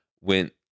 went